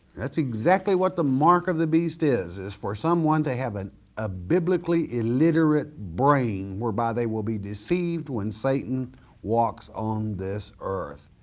that's exactly what the mark of the beast is is for someone to have and a biblically illiterate brain whereby they will be deceived when satan walks on this earth.